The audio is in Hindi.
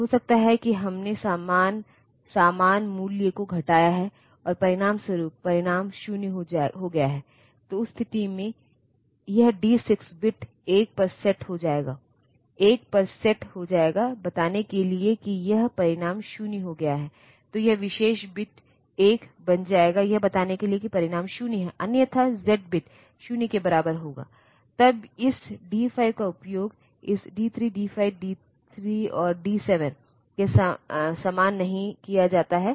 तो असेंबलर भाग को अलग किया जाता है और यह कम्पाइलर तो वे इस असेंबली लेवल तक कोड उत्पन्न करते हैं और उस बिंदु से असेंबलर चालू करता है और काम करते है वहाँ कई असेम्बलर उपलब्ध हैं और वे असेंबली प्रक्रिया में उपयोग किए जाते हैं